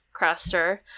Craster